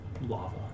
lava